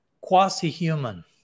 quasi-human